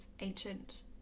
ancient